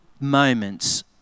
moments